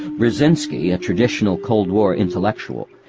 brzezinski, a traditional cold war intellectual,